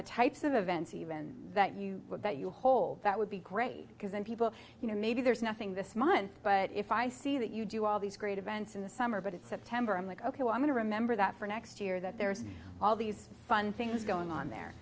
the types of events even that you would that you hold that would be great because then people you know maybe there's nothing this month but if i see that you do all these great events in the summer but it's september i'm like ok i'm going to remember that for next year that there's all these fun things going on there